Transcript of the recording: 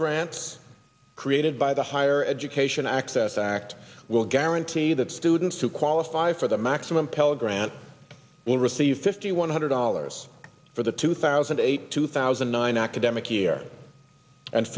grants created by the higher education access act will guarantee that students who qualify for the maximum pell grant will receive fifty one hundred dollars for the two thousand and eight two thousand and nine academic year and